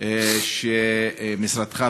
של משרדך,